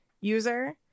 user